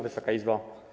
Wysoka Izbo!